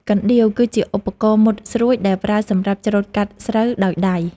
កណ្ដៀវគឺជាឧបករណ៍មុតស្រួចដែលប្រើសម្រាប់ច្រូតកាត់ស្រូវដោយដៃ។